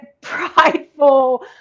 prideful